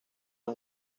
una